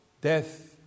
Death